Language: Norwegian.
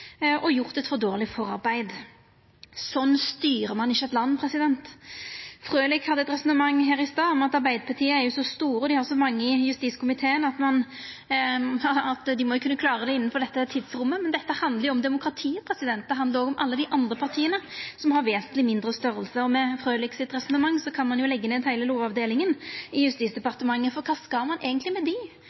og gjort eit for dårleg forarbeid. Sånn styrer ein ikkje eit land. Frølich hadde eit resonnement i stad om at Arbeidarpartiet er så store og har så mange i justiskomiteen at dei jo må kunna klara det innanfor dette tidsrommet, men dette handlar jo om demokratiet. Det handlar òg om alle dei andre partia som har vesentleg mindre størrelse, og med Frølichs resonnement kan ein jo leggja ned heile Lovavdelinga i Justis- og beredskapsdepartementet, for kva skal ein eigentleg med